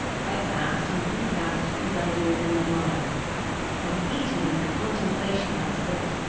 i passed and repassed these ideas in my mind and, heated with the contemplation, i said,